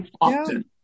often